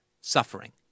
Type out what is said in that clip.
suffering